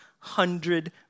hundred